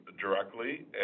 directly